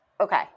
okay